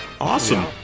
awesome